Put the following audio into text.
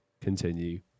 continue